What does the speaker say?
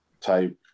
type